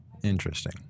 Interesting